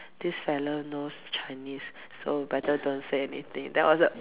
this fella knows Chinese so better don't say anything then I was like